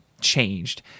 changed